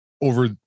over